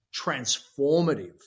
transformative